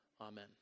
Amen